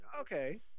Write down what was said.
okay